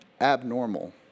abnormal